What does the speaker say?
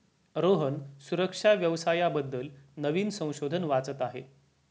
रोहन सुरक्षा व्यवसाया बद्दल नवीन संशोधन वाचत आहे